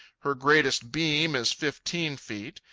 her greatest beam is fifteen feet.